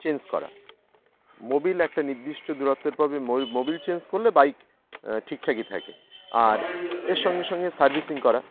change করা mobil একটা নির্দিষ্ট দূরত্বর পাবে মো মোবিল চেঞ্জ করলে বাইক ঠিকঠাকই থাকে আর এর সঙ্গে সঙ্গে সার্ভিসিং করা